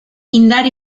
indar